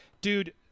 Dude